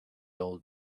old